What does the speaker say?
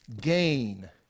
gain